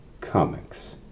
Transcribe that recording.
comics